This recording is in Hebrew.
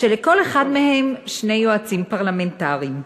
כשלכל אחד מהם שני יועצים פרלמנטריים.